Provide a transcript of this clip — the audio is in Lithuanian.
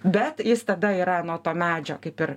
bet jis tada yra nuo to medžio kaip ir